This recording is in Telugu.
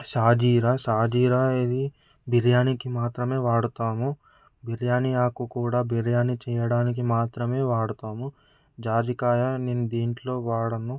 సాజీరా సాజీరా అనేది బిర్యానికి మాత్రమే వాడుతాము బిర్యానీ ఆకు కూడా బిర్యానీ చేయడానికి మాత్రమే వాడుతాము జాజికాయ నేను దీంట్లో వాడము